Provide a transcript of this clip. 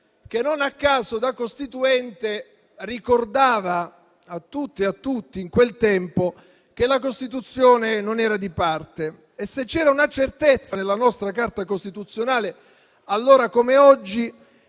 che non a caso, da Costituente, ricordava a tutte e a tutti in quel tempo che la Costituzione non era di parte e se c'era una certezza nella nostra Carta costituzionale, allora come oggi,